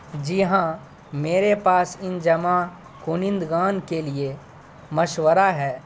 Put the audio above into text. جی ہاں میرے پاس ان جمع کنندگان کے لیے مشورہ ہے